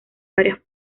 varios